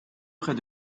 près